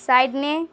Sydney